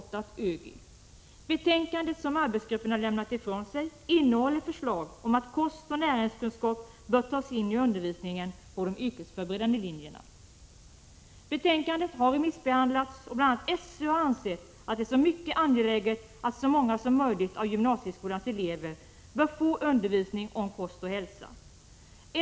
Det betänkande som arbetsgruppen har lämnat ifrån sig innehåller förslag om att undervisning i kost och näringskunskap bör ges på de yrkesförberedande linjerna. Betänkandet har remissbehandlats, och bl.a. SÖ har framfört uppfattningen att det är mycket angeläget att så många som möjligt av gymnasieskolans elever får undervisning om kost och hälsa.